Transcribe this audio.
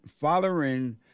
following